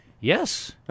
Yes